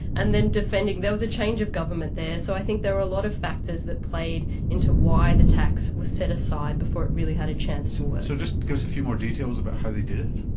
and then defending, defending, there was a change of government there, so i think there were a lot of factors that played into why the tax was set aside before it really had a chance to work. so just give us a few more details about how they did it.